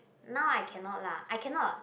now I cannot lah I cannot